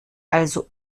also